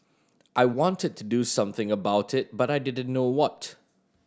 I wanted to do something about it but I didn't know what